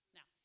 Now